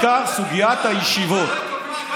בעיקר סוגיית הישיבות.